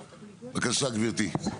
בבקשה, גבירתי.